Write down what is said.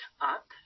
up